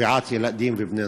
טביעת ילדים ובני-נוער.